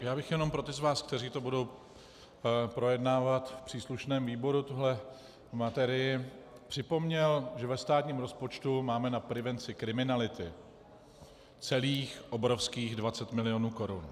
Já bych jenom pro ty z vás, kteří to budou projednávat v příslušném výboru, tuhle materii, připomněl, že ve státním rozpočtu máme na prevenci kriminality celých obrovských 20 mil. korun.